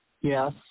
Yes